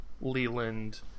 Leland